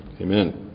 Amen